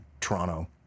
Toronto